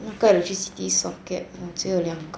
那个 electricity socket 我只有两个